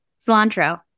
Cilantro